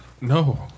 No